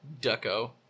Ducko